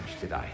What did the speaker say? today